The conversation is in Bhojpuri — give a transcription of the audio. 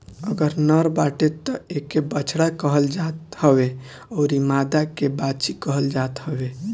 अगर नर बाटे तअ एके बछड़ा कहल जात हवे अउरी मादा के बाछी कहल जाता हवे